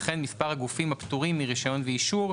וכן מספר הגופים הפטורים מרישיון ואישור,